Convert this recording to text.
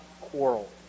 quarrel